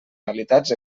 realitats